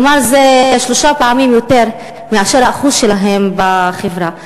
כלומר, זה שלוש פעמים יותר מאשר האחוז שלהן בחברה.